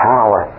Power